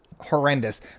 Horrendous